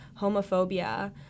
homophobia